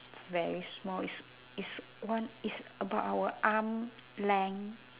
very small is is one is about our arm length